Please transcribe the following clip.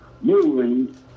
moving